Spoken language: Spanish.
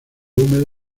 húmedo